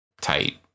tight